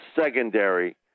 secondary